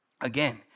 Again